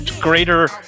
greater